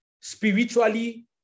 spiritually